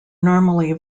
normally